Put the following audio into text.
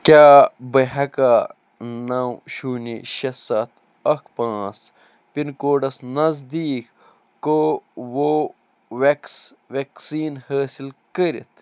کیٛاہ بہٕ ہیٚکیاہ نَو شوٗنے شےٚ سَتھ اَکھ پانٛژھ پِن کوڈس نزدیٖک کووو ویٚکٕس ویکسیٖن حٲصِل کٔرِتھ